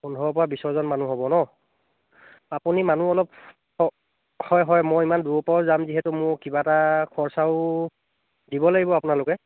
পোন্ধৰ পৰা বিছজন মানুহ হ'ব নহ্ আপুনি মানুহ অলপ হ হয় হয় মই ইমান দূৰৰ পৰাও যাম যিহেতু মোৰ কিবা এটা খৰচাও দিব লাগিব আপোনালোকে